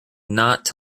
not